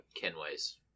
Kenways